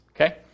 Okay